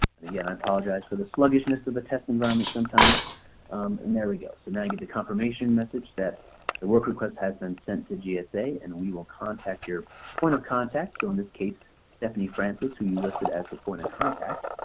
and again i apologize for the sluggishness of the test environment sometimes and there we go so now you get the confirmation message that the work request has been sent to gsa and we will contact your point of contact, so in this case stephanie frances who you listed as the point of contact.